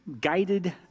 guided